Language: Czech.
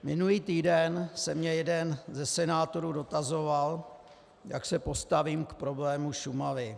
Minulý týden se mě jeden ze senátorů dotazoval, jak se postavím k problému Šumavy.